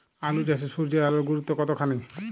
আলু চাষে সূর্যের আলোর গুরুত্ব কতখানি?